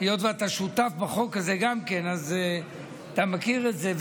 היות שגם אתה שותף בחוק הזה, אתה מכיר את זה.